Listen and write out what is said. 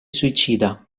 suicida